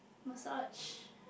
massage